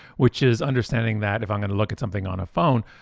which is understanding that if i'm gonna look at something on a phone,